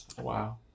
Wow